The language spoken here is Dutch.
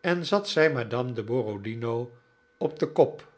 en zat zij madame de borodino op den kop